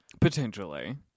Potentially